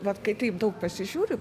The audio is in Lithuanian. vat kai taip daug pasižiūri